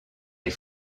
les